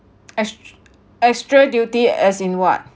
extr~ extra duty as in what